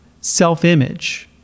self-image